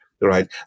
Right